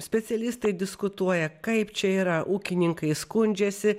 specialistai diskutuoja kaip čia yra ūkininkai skundžiasi